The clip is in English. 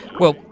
well,